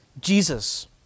Jesus